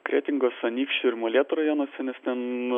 kretingos anykščių ir molėtų rajonuose nes ten